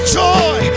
joy